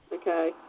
okay